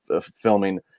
filming